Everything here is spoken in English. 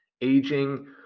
aging